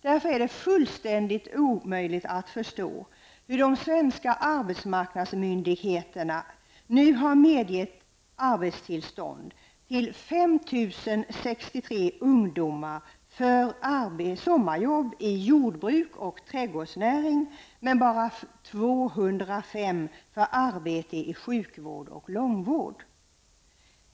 Därför är det fullständigt omöjligt att förstå att svenska arbetsmarknadsmyndigheter nu har beviljat 5 063 ungdomar arbetstillstånd för sommarjobb på jordbruk och inom trädgårdsnäringen. Men bara 205 ungdomar har fått arbetstillstånd för arbete inom sjukvård och långvård.